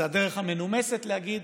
זו הדרך המנומסת להגיד: